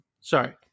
Sorry